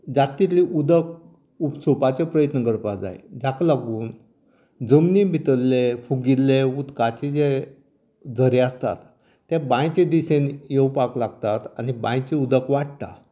जाता तितलें उदक उपसूपाचो प्रयत्न करपाक जाय जाक लागून जमनी भितरले फुगिल्ले उदकांतले जे झरें आसतात ते बांयचे दिशेन येवपाक लागतात आनी बांयचे उदक वाडटा